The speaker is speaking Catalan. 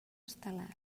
estel·lar